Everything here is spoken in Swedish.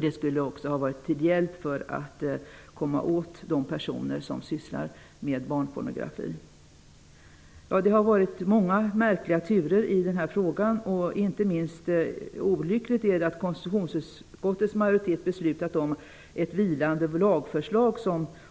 Det hade varit till hjälp för att komma åt de personer som sysslar med barnpornografi. Det har varit många märkliga turer i den här frågan. Inte minst olyckligt är det att konstitutionsutskottets majoritet har beslutat om ett vilande lagförslag